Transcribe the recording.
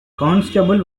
constable